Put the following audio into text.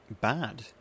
bad